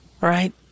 right